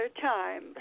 time